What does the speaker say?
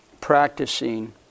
practicing